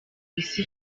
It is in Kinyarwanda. isi